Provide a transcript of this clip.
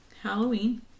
Halloween